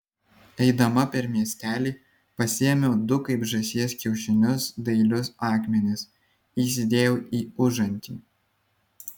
eidama per miestelį pasiėmiau du kaip žąsies kiaušinius dailius akmenis įsidėjau į užantį